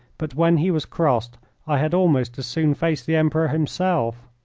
but when he was crossed i had almost as soon face the emperor himself.